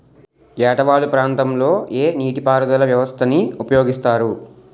ఏట వాలు ప్రాంతం లొ ఏ నీటిపారుదల వ్యవస్థ ని ఉపయోగిస్తారు?